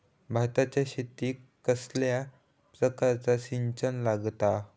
भाताच्या शेतीक कसल्या प्रकारचा सिंचन लागता?